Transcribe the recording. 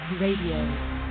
RADIO